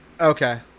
Okay